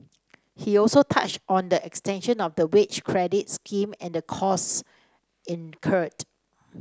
he also touched on the extension of the wage credit scheme and the costs incurred